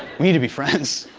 we need to be friends.